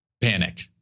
Panic